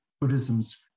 Buddhism's